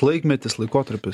laikmetis laikotarpis